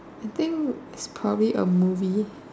I think is probably a movie